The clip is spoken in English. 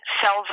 sells